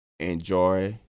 enjoy